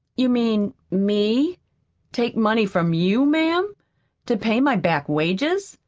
you mean me take money from you, ma'am to pay my back wages?